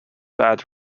bad